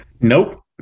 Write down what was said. Nope